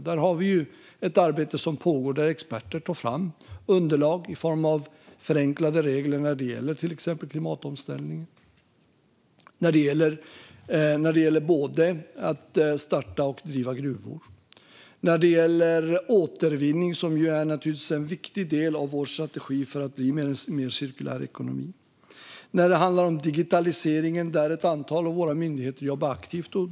Där har vi ett arbete som pågår, där experter tar fram underlag i form av förenklade regler när det gäller till exempel klimatomställningen, när det gäller att starta och driva gruvor, när det gäller återvinning, som naturligtvis är en viktig del av vår strategi för en mer cirkulär ekonomi, och när det handlar om digitaliseringen, där ett antal av våra myndigheter jobbar aktivt.